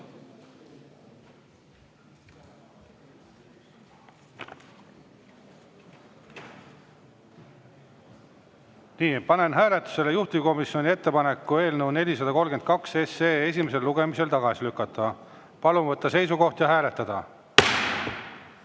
Panen hääletusele juhtivkomisjoni ettepaneku eelnõu 432 esimesel lugemisel tagasi lükata. Palun võtta seisukoht ja hääletada!